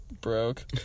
Broke